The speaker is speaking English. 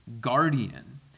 guardian